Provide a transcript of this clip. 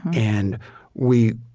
and we,